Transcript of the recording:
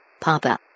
Papa